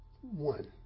one